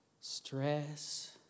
stress